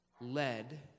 led